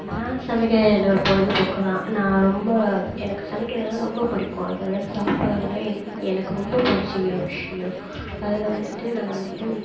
நான் சமைக்கிறது என்னோட பொழுதுபோக்குதான் நான் ரொம்ப எனக்கு சமைக்கிறதுனா ரொம்ப பிடிக்கும் அதைவிட சாப்பிட்றதுனா என் எனக்கு ரொம்ப பிடிச்ச ஒரு விஷயம் அதில் வந்துட்டு நான் வந்துட்டு